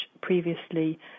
previously